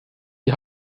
die